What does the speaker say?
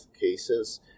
cases